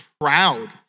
proud